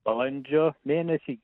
balandžio mėnesį